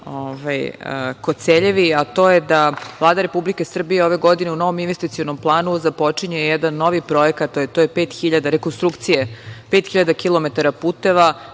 Koceljevi, a to je da Vlada Republike Srbije ove godine u novom investicionom planu započinje jedan novi projekat, a to je pet hiljada rekonstrukcije, pet